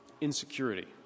insecurity